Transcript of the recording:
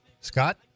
Scott